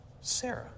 Sarah